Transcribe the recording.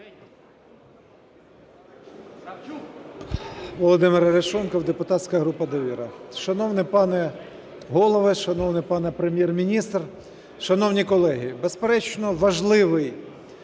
Володимир Арешонков, депутатська група "Довіра". Шановний пане Голово, шановний пане Прем'єр-міністр, шановні колеги! Безперечно, важливий